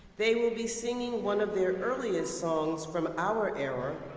they will be singing one of their earliest songs from our era,